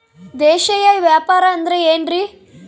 ದೇಶೇಯ ವ್ಯಾಪಾರ ಅಂದ್ರೆ ಏನ್ರಿ?